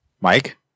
Mike